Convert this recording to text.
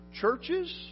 churches